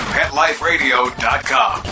PetLifeRadio.com